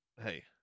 hey